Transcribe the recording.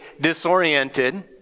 disoriented